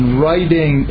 writing